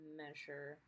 measure